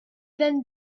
then